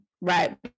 right